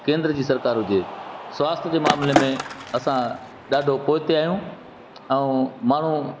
केंद्र जी सरकारु हुजे स्वास्थ जे मामिले में असां ॾाढो पोइ ते आहियूं ऐं माण्हू